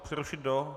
Přerušit do...